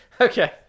Okay